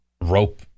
rope